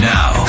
Now